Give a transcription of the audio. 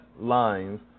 lines